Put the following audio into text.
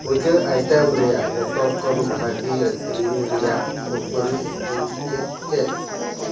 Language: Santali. ᱯᱩᱡᱟᱹ ᱟᱭᱴᱮᱢ ᱨᱮᱭᱟᱜ ᱡᱚᱛᱚ ᱠᱷᱚᱱ ᱵᱷᱟᱹᱜᱤ ᱟᱹᱠᱷᱨᱤᱧ ᱨᱮᱭᱟᱜ ᱥᱩᱯᱟᱨᱤᱥ ᱠᱚ ᱪᱮᱫ ᱪᱮᱫ